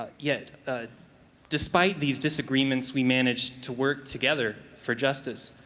ah yet ah despite these disagreements, we manage to work together for justice.